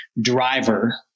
driver